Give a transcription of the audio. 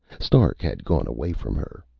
stark had gone away from her.